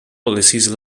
policies